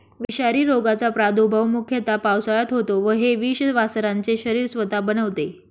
विषारी रोगाचा प्रादुर्भाव मुख्यतः पावसाळ्यात होतो व हे विष वासरांचे शरीर स्वतः बनवते